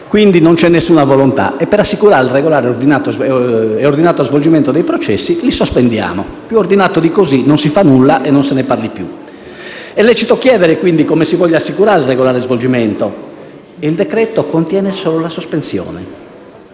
quindi alcuna volontà e, per assicurare il regolare e ordinato svolgimento dei processi, li sospendiamo. Più ordinato di così: non si fa nulla e non se ne parla più. È lecito chiedere quindi come si voglia assicurare il regolare svolgimento, visto che il decreto-legge contiene solo la sospensione.